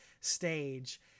stage